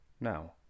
now